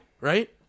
right